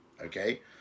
Okay